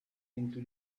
into